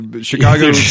Chicago